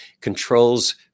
controls